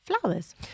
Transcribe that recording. flowers